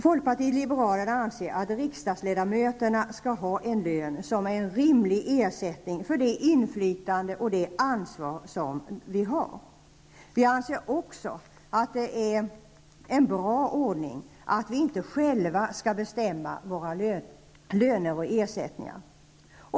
Folkpartiet liberalerna anser att riksdagsledamöterna skall ha en lön som är en rimlig ersättning för det inflytande och det ansvar som de har. Vi anser också att det är en bra ordning att vi riksdagsledamöter inte själva skall bestämma våra löner och ersättningar.